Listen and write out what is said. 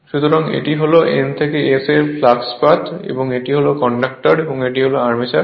সুতরাং এটি হল N থেকে S এর ফ্লাক্স পাথ এটি হল কন্ডাক্টর এবং এটি আর্মেচার